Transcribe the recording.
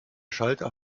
schalter